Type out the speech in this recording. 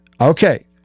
Okay